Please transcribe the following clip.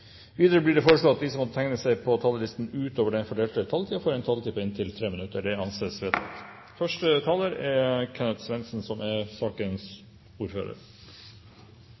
Videre blir det foreslått at de som måtte tegne seg på talerlisten utover den fordelte taletid, får en taletid på inntil 3 minutter. – Det anses vedtatt. Første taler er normalt sakens ordfører,